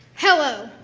hello,